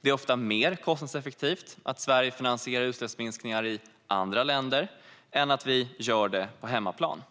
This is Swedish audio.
Det är ofta mer kostnadseffektivt att Sverige finansierar utsläppsminskningar i andra länder än att vi gör det på hemmaplan.